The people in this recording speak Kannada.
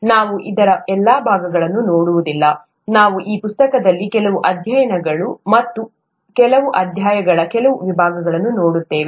ನಾವು ಅದರ ಎಲ್ಲಾ ಭಾಗಗಳನ್ನು ನೋಡುವುದಿಲ್ಲ ನಾವು ಈ ಪುಸ್ತಕದಲ್ಲಿ ಕೆಲವು ಅಧ್ಯಾಯಗಳು ಮತ್ತು ಕೆಲವು ಅಧ್ಯಾಯಗಳ ಕೆಲವು ವಿಭಾಗಗಳನ್ನು ನೋಡುತ್ತೇವೆ